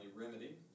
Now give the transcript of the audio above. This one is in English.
remedy